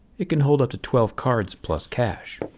it can hold up to twelve cards plus cash.